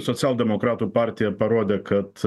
socialdemokratų partija parodė kad